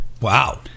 wow